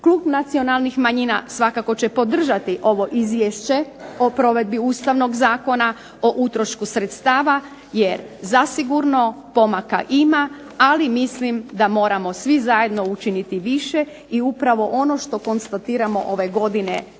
Klub nacionalnih manjina svakako će podržati ovo izvješće o provedbi Ustavnog zakona o utrošku sredstava, jer zasigurno pomaka ima, ali mislim da moramo svi zajedno učiniti više i upravo ono što konstatiramo ove godine